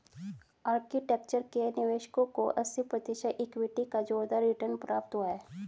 architecture के निवेशकों को अस्सी प्रतिशत इक्विटी का जोरदार रिटर्न प्राप्त हुआ है